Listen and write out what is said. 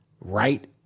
right